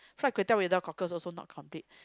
fried kway teow without cockles also not complete